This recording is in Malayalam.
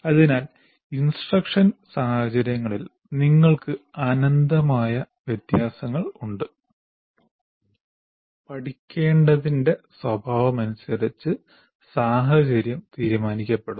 അതിനാൽ ഇൻസ്ട്രക്ഷൻ സാഹചര്യങ്ങളിൽ നിങ്ങൾക്ക് അനന്തമായ വ്യത്യാസങ്ങളുണ്ട് പഠിക്കേണ്ടതിന്റെ സ്വഭാവമനുസരിച്ച് സാഹചര്യം തീരുമാനിക്കപ്പെടുന്നു